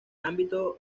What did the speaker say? ámbito